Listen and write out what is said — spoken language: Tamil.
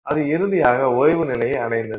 அது இறுதியாக ஓய்வு நிலையை அடைந்தது